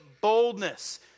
boldness